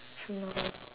you know what